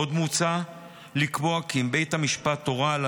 עוד מוצע לקבוע כי אם בית המשפט הורה על